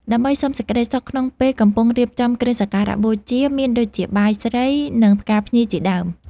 ដើម្បីសុំសេចក្តីសុខក្នុងពេលកំពុងរៀបចំគ្រឿងសក្ការៈបូជា មានដូចជាបាយស្រី និងផ្កាភ្ញីជាដើម។